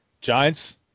Giants